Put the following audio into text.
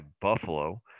Buffalo